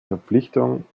verpflichtung